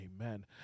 amen